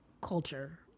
culture